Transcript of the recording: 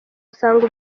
asanga